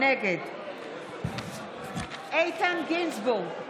נגד איתן גינזבורג,